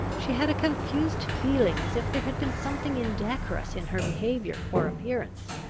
she had a confused feeling as if there had been something indecorous in her behaviour or appearance,